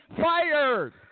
Fired